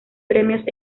premios